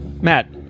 Matt